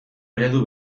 eredu